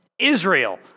Israel